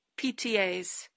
PTAs